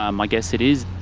um i guess it is.